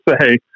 say